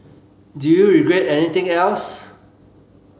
do you regret anything else